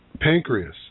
Pancreas